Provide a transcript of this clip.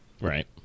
right